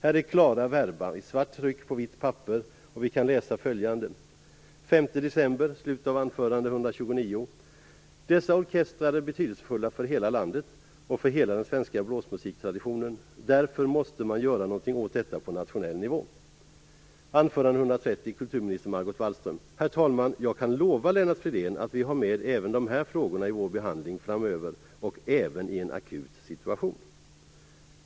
Här är klara verba i svart tryck på vitt papper. I protokollet från den 5 december står det i slutet av anförande 129: "dessa orkestrar är betydelsefulla för hela landet och för hela den svenska blåsmusiktraditionen. Därför måste man göra någonting åt detta på nationell nivå." "Herr talman! Jag kan lova Lennart Fridén att vi har med även de här frågorna i vår behandling framöver och även i en akut situation."